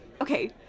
Okay